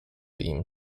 ihm